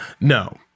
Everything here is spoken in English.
No